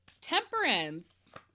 Temperance